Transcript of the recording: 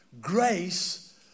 grace